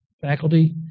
faculty